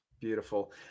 beautiful